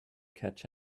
catch